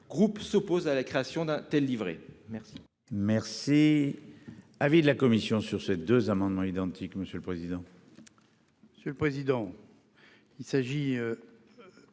groupe s'opposent à la création d'un tel livret. Quel